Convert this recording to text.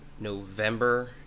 November